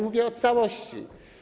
Mówię o całości.